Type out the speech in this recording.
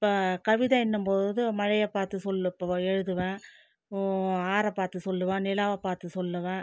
இப்போது கவிதைன்னும்போது மழையை பார்த்து சொல்லு இப்போது எழுதுவேன் ஆறை பார்த்து சொல்வேன் நிலாவை பார்த்து சொல்வேன்